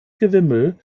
gewimmel